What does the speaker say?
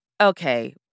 Okay